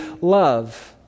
love